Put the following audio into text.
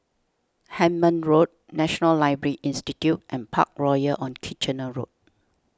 Hemmant Road National Library Institute and Parkroyal on Kitchener Road